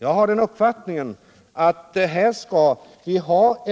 Jag har den uppfattningen att vi skall ha